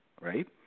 right